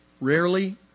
rarely